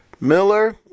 Miller